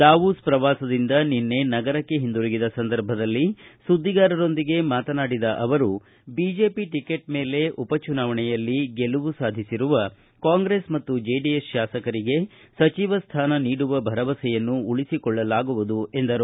Davos ಪ್ರವಾಸದಿಂದ ನಿನ್ನೆ ನಗರಕ್ಕೆ ಹಿಂದಿರುಗಿದ ಸಂದರ್ಭದಲ್ಲಿ ಸುದ್ದಿಗಾರರೊಂದಿಗೆ ಮಾತನಾಡಿದ ಅವರು ಬಿಜೆಪಿ ಟಕೆಟ್ ಮೇಲೆ ಉಪಚುನಾವಣೆಯಲ್ಲಿ ಗೆಲುವು ಸಾಧಿಸಿರುವ ಕಾಂಗ್ರೆಸ್ ಮತ್ತು ಜೆಡಿಎಸ್ ಶಾಸಕರಿಗೆ ಸಚಿವ ಸ್ಥಾನ ನೀಡುವ ಭರವಸೆಯನ್ನು ಉಳಿಸಿಕೊಳ್ಳಲಾಗುವುದು ಎಂದರು